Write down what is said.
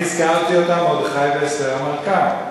אני הזכרתי אותה, מרדכי ואסתר המלכה.